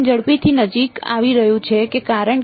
ઝડપથી નજીક આવી રહ્યું છે કારણ કે